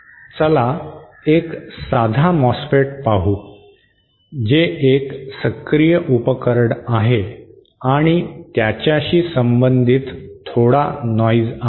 चला एक साधा मॉसफेट पाहू जे एक सक्रिय उपकरण आहे आणि त्याच्याशी संबंधित थोडा नॉइज आहे